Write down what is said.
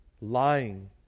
lying